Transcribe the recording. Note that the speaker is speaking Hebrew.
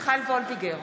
מיכל וולדיגר,